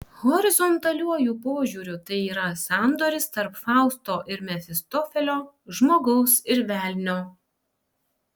horizontaliuoju požiūriu tai yra sandoris tarp fausto ir mefistofelio žmogaus ir velnio